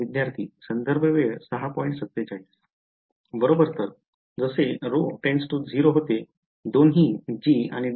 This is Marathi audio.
विद्यार्थीः बरोबर तर जसे ρ 0 होते दोन्ही g आणि ∇g ते